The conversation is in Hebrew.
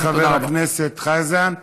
תודה לחבר הכנסת חזן.